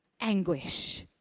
anguish